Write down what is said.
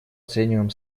оцениваем